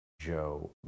Joe